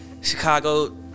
Chicago